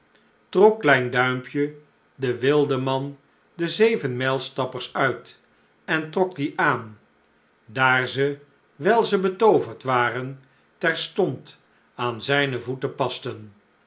klein duimpje den wildeman de zevenmijlstappers uit en trok die aan daar ze wijl ze betooverd waren terstond aan zijne voeten pasten